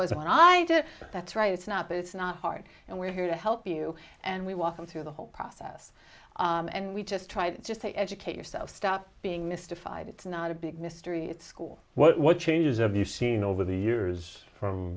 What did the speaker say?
that that's right it's not that it's not hard and we're here to help you and we walk them through the whole process and we just try to just to educate yourself stop being mystified it's not a big mystery at school what what changes have you seen over the years from